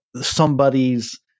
somebody's